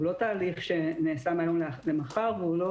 הוא לא תהליך שנעשה מהיום למחר והוא לא